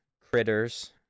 Critters